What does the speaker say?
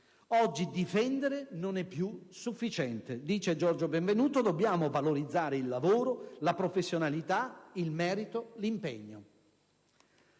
Oggi difendere non è più sufficiente: dobbiamo valorizzare il lavoro, la professionalità, il merito, l'impegno».